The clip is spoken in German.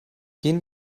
gehen